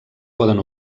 poden